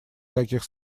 таких